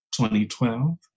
2012